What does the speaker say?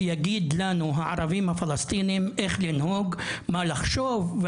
שיגיד לנו הערבים הפלסטינים איך לנהוג מה לחשוב,